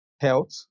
health